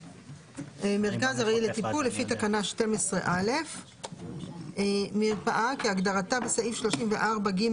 מרכז ארעי לטיפול לפי תקנה 12א. "מרפאה" כהגדרתה בסעיף 34(ג)